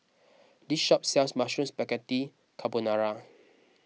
this shop sells Mushroom Spaghetti Carbonara